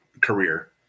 Career